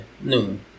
noon